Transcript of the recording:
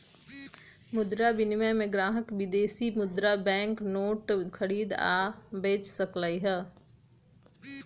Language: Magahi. मुद्रा विनिमय में ग्राहक विदेशी मुद्रा बैंक नोट खरीद आ बेच सकलई ह